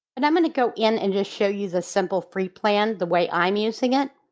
and i'm going to go in and just show you the simple free plan the way i'm using it.